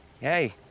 hey